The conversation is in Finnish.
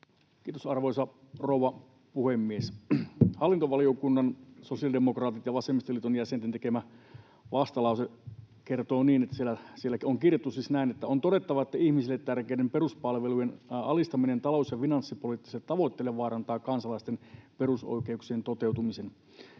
Kiitos, arvoisa rouva puhemies! Hallintovaliokunnan sosiaalidemokraattien ja vasemmistoliiton jäsenten tekemässä vastalauseessa on kirjattu siis näin: ”On todettava, että ihmisille tärkeiden peruspalvelujen alistaminen talous‑ ja finanssipoliittisille tavoitteille vaarantaa kansalaisten perusoikeuksien toteutumisen.”